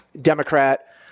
Democrat